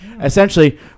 essentially